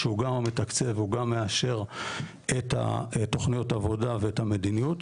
שהוא גם המתקצב וגם המאשר את התוכניות עבודה ואת המדיניות.